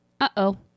Uh-oh